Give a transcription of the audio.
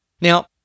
Now